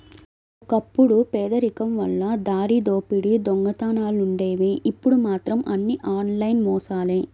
ఒకప్పుడు పేదరికం వల్ల దారిదోపిడీ దొంగతనాలుండేవి ఇప్పుడు మాత్రం అన్నీ ఆన్లైన్ మోసాలే